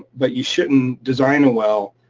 but you shouldn't design a well,